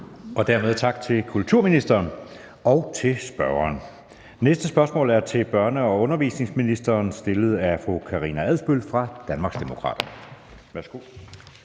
Dermed tak til kulturministeren og til spørgeren. Det næste spørgsmål er til børne- og undervisningsministeren, og det er stillet af fru Karina Adsbøl fra Danmarksdemokraterne.